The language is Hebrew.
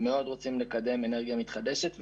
מאוד רוצים לקדם אנרגיה מתחדשת,